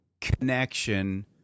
connection